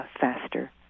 faster